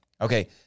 okay